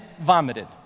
vomited